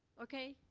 okay?